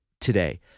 today